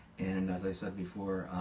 and as i said before,